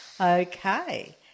Okay